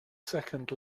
second